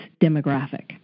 demographic